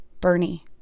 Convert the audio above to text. Bernie